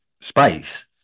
space